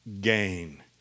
gain